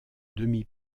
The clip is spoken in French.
demi